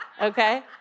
Okay